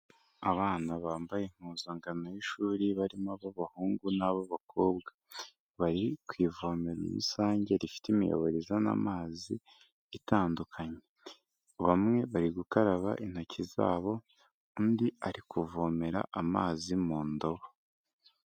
Abana bambaye impuzangano y'ishuri, barimo ab'abahungu n'ab'abakobwa. Bari ku ivomero rusange rifite imiyoboro izana amazi itandukanye. Bamwe bari gukaraba intoki zabo, undi ari kuvomera amazi mu ndobo.